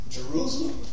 Jerusalem